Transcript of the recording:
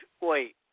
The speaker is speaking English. Wait